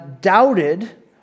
doubted